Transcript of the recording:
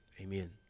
Amen